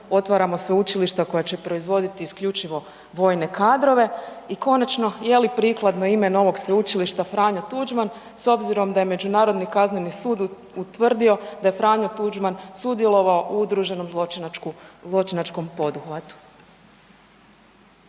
otvaramo sveučilišta koja će proizvodit isključivo vojne kadrove i konačno je li prikladno ime novog sveučilišta Franjo Tuđman s obzirom da je Međunarodni kazneni sud utvrdio da je Franjo Tuđman sudjelovao u udruženom zločinačkom poduhvatu.